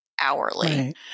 hourly